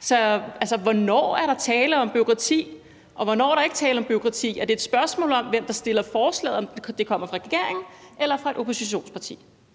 Så hvornår er der tale om bureaukrati, og hvornår er der ikke tale om bureaukrati? Er det et spørgsmål om, hvem der fremsætter forslaget, altså om det kommer fra regeringen eller fra et oppositionsparti?